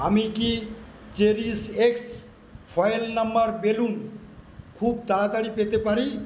আমি কি চেরিশএক্স ফয়েল নম্বর বেলুন খুব তাড়াতাড়ি পেতে পারি